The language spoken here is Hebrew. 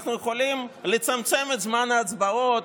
אנחנו יכולים לצמצם את זמן ההצבעות,